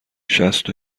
شصت